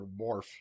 morph